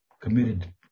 committed